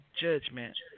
judgment